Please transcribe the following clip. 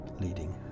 Leading